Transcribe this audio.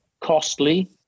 costly